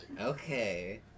Okay